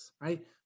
right